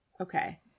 Okay